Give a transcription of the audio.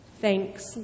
Thanks